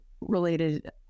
related